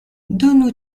donu